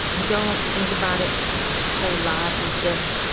i don't think about it a whole lot. i just